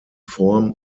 form